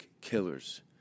killers